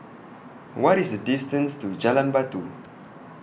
What IS The distance to Jalan Batu